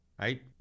Right